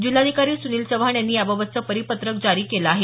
जिल्हाधिकारी सुनील चव्हाण यांनी याबाबतचे परिपत्रक जारी केले आहे